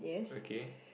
okay